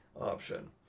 option